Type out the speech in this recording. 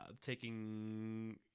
Taking